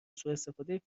سوءاستفاده